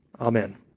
Amen